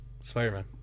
Spider-Man